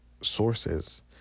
sources